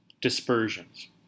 Dispersions